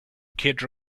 kid